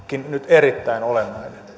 nyt erittäin olennainen